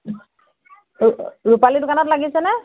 ৰূপালীৰ দোকানত লাগিছেনে